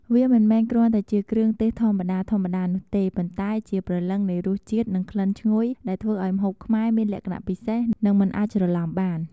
វាមិនមែនគ្រាន់តែជាគ្រឿងទេសធម្មតាៗនោះទេ ប៉ុន្តែជា ព្រលឹងនៃរសជាតិ និងក្លិនឈ្ងុយ ដែលធ្វើឱ្យម្ហូបខ្មែរមានលក្ខណៈពិសេស និងមិនអាចច្រឡំបាន។